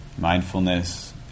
mindfulness